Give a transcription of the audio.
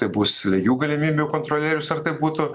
tai bus lygių galimybių kontrolierius ar tai būtų